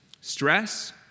stress